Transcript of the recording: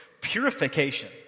purification